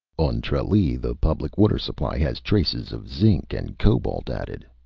on tralee the public water supply has traces of zinc and cobalt added.